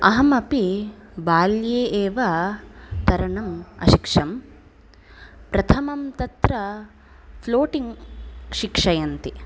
अहमपि बाल्ये एव तरणम् अशिक्षं प्रथमं तत्र फ़्लोटिङ्ग् शिक्षयन्ति